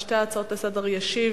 על שתי ההצעות ישיב